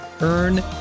Earn